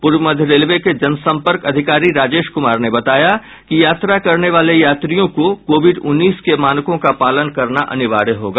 पूर्व मध्य रेलवे के जनसंपर्क अधिकारी राजेश कुमार ने बताया कि यात्रा करने वाले यात्रियों को कोविड उन्नीस के मानकों का पालन करना अनिवार्य होगा